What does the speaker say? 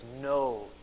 no